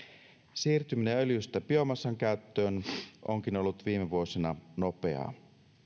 siirtyminen öljystä biomassan käyttöön onkin ollut viime vuosina nopeaa